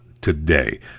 today